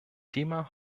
thema